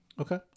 Okay